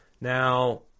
Now